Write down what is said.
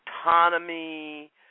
autonomy